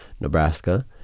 Nebraska